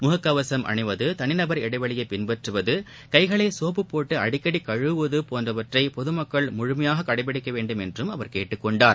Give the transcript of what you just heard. முகக்கவசம் அணிவது தளிநபர் இடைவெளியை பின்பற்றுவது கைகளை சோப்புபோட்டு அடிக்கடி கழுவுது போன்றவற்றை பொதுமக்கள் முழுமையாக கடைப்பிடிக்க வேண்டும் என்றும் அவர் கேட்டுக் கொண்டார்